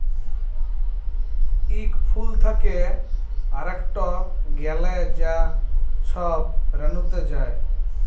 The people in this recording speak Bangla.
ইক ফুল থ্যাকে আরেকটয় গ্যালে যা ছব রেলুতে যায়